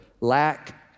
lack